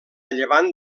llevant